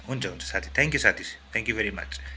हुन्छ हुन्छ साथी थ्याङ्क्यु साथी थ्याङ्क्यु भेरी मच